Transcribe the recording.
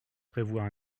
prévoit